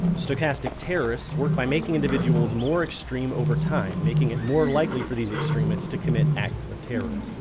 stochastic terrorists work by making individuals more extreme over time, making it more likely for these extremists to commit acts of terror.